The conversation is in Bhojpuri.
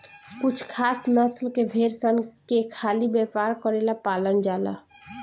कुछ खास नस्ल के भेड़ सन के खाली व्यापार करेला पालल जाला